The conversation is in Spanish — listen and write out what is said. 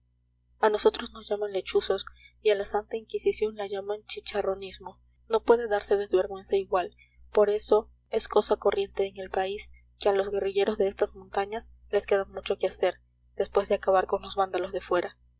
a nosotros nos llaman lechuzos y a la santa inquisición la llaman chicharronismo no puede darse desvergüenza igual por eso es cosa corriente en el país que a los guerrilleros de estas montañas les queda mucho que hacer después de acabar con los vándalos de fuera